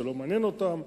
זה לא מעניין אותם.